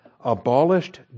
abolished